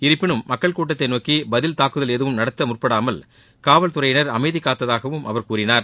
இருப்பினும் மக்கள் கூட்டத்தை நோக்கி பதில் தாக்குதல் ஏதும் நடத்த முற்படாமல் காவல்துறையினர் அமைதி காத்ததாகவும் அவர் கூறினார்